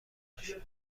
باشه